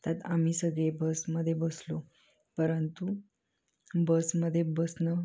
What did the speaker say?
त्यात आम्ही सगळे बसमध्ये बसलो परंतु बसमधे बसणं